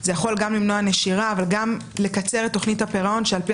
זה יכול גם למנוע נשירה אבל גם לקצר את תוכנית הפירעון שעל פי